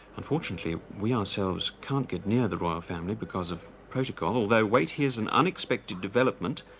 unfortunately, we ourselves can't get near the royal family because of protocol although wait here's an unexpected development.